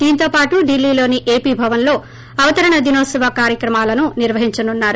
దీంతో పాటు ఢిల్లీలోని ఏపీ భవన్ లో అవతరణ దినోత్పవ కార్యక్రమాలు నిర్వహించనున్నారు